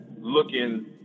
looking –